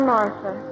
Martha